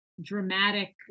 dramatic